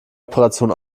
operation